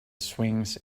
swings